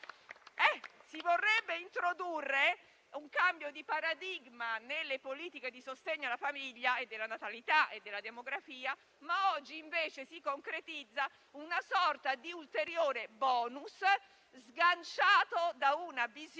Si vorrebbe introdurre un cambio di paradigma nelle politiche di sostegno alla famiglia, della natalità e della demografia e, invece, oggi si concretizza una sorta di ulteriore *bonus*, sganciato da una visione